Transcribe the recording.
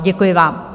Děkuji vám.